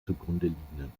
zugrundeliegenden